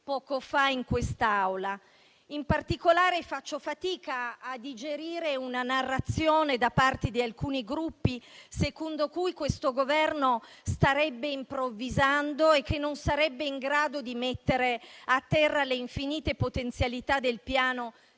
poco fa in quest'Aula. In particolare faccio fatica a digerire la narrazione, da parte di alcuni Gruppi, secondo cui il Governo starebbe improvvisando e non sarebbe in grado di mettere a terra le infinite potenzialità del Piano